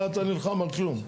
מה אתה נלחם על כלום?